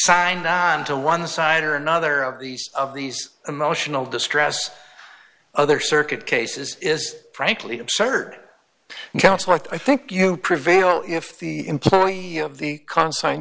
signed on to one side or another of these of these emotional distress other circuit cases is frankly absurd counsel i think you prevail if the employee of the con